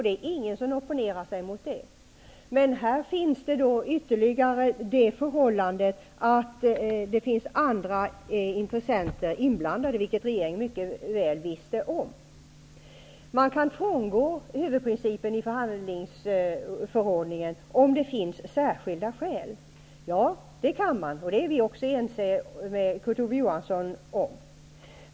Det är ingen som opponerar sig mot det. Men det finns andra intressenter inblandade, och det visste regeringen. Man kan frångå huvudprincipen i förhandlingsförordningen om det finns särskilda skäl, det är vi ense med Kurt Ove Johansson om.